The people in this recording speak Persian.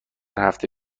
هفته